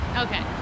Okay